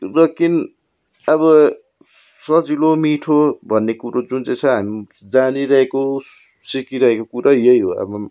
र किन अब सजिलो मिठो भन्ने कुरो जुन चाहिँ छ जानिरहेको सिकिरहेको कुरै यही हो अब